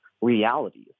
realities